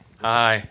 Hi